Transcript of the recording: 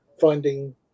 finding